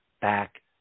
back